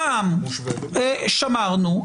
פעם שמרנו,